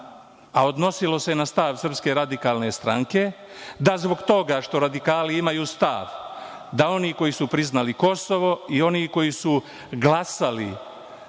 a odnosilo se na stav SRS, da zbog toga što radikali imaju stav da oni koji su priznali Kosovo i oni koji su glasali